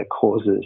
causes